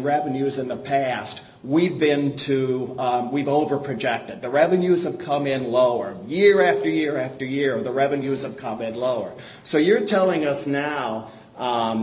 revenues in the past we've been to we've over projected the revenues of come in lower year after year after year the revenues of comp and lower so you're telling us now